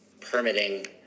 permitting